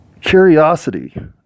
curiosity